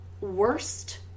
worst